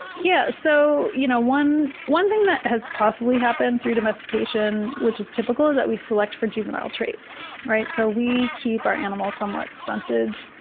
yeah. so, you know one one thing that has possibly happened through domestication, which is typical, is that we select for juvenile traits, right? so we keep our animals somewhat stunted,